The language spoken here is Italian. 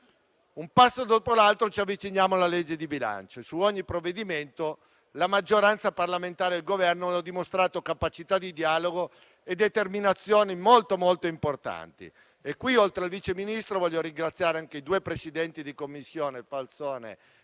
Un passo dopo l'altro ci avviciniamo alla legge di bilancio e su ogni provvedimento la maggioranza parlamentare e il Governo hanno dimostrato capacità di dialogo e determinazione molto importanti. Oltre al vice Ministro voglio ringraziare anche i due presidenti delle Commissioni, senatori